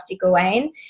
Gawain